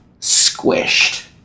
squished